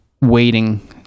waiting